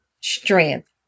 strength